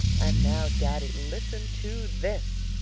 and now, daddy, listen to this.